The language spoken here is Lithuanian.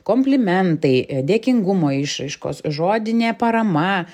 komplimentai dėkingumo išraiškos žodinė parama